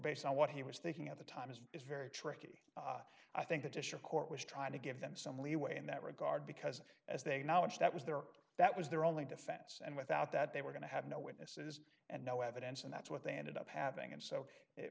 based on what he was thinking at the time and it's very tricky i think the district court was trying to give them some leeway in that regard because as they knowledge that was their that was their only defense and without that they were going to have no witnesses and no evidence and that's what they ended up having and so it